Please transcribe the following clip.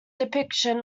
depiction